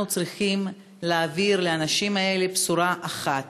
אנחנו צריכים להעביר לאנשים האלה בשורה אחת: